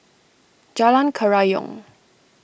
Jalan Kerayong